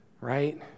right